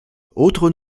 autres